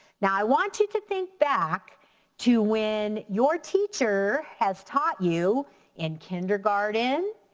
now i want you to think back to when your teacher has taught you in kindergarten,